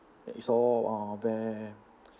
it's all uh bare